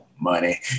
money